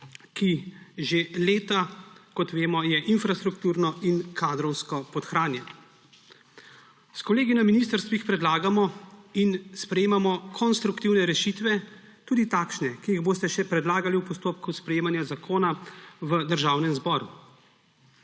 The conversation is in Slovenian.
ki že leta, kot vemo, je infrastrukturno in kadrovsko podhranjen. S kolegi na ministrstvih predlagamo in sprejemamo konstruktivne rešitve, tudi takšne, ki jih boste še predlagali v postopku sprejemanja zakona v Državnem zboru.